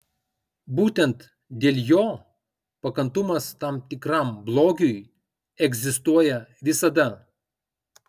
būtent dėl jo pakantumas tam tikram blogiui egzistuoja visada